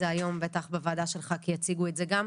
זה היום בטח בוועדה שלך כי יציגו את זה גם.